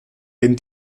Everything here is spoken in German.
dem